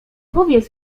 powiedz